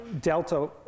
delta